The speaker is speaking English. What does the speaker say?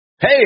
Hey